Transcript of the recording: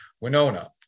Winona